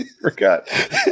forgot